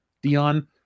Dion